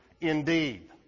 indeed